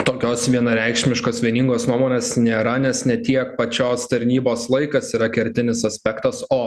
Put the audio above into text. tokios vienareikšmiškos vieningos nuomonės nėra nes ne tiek pačios tarnybos laikas yra kertinis aspektas o